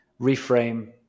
reframe